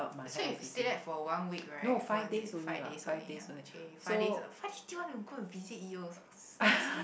so you stayed there for one week right what is it five days only ah chey five days ah five days they want to go visit you also